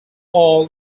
all